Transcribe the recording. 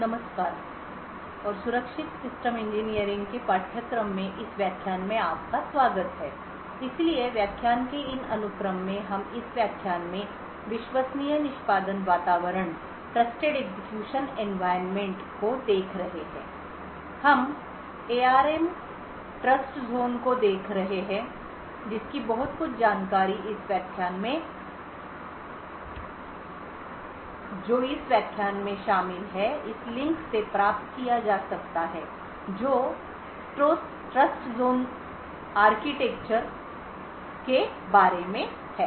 नमस्कार और सुरक्षित सिस्टम इंजीनियरिंग के पाठ्यक्रम में इस व्याख्यान में आपका स्वागत है इसलिए व्याख्यान के इन अनुक्रम में हम इस व्याख्यान में विश्वसनीय निष्पादन वातावरण को देख रहे हैं हम एआरएम ट्रस्टज़ोन को देख रहे हैं जिस कि बहुत कुछ जानकारी जो इस व्याख्यान में शामिल हैं इस लिंक से प्राप्त किया जा सकता है जो ट्रस्टजोन वास्तुकला के बारे में है